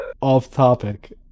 off-topic